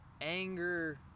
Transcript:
anger